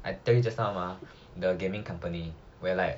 I tell you just now mah the gaming company where like